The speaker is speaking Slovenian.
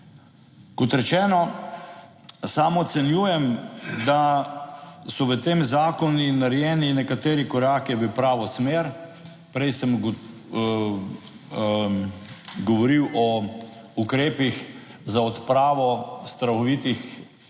Kot rečeno, sam ocenjujem, da so v tem zakonu narejeni nekateri koraki v pravo smer. Prej sem govoril o ukrepih za odpravo strahovitih